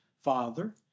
father